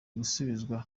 gusubizwa